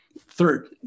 third